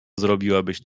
zrobiłabyś